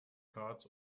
cards